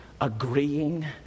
agreeing